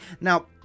Now